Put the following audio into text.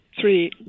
three